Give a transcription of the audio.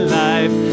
life